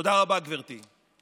תודה רבה, גברתי.